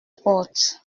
porte